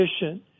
efficient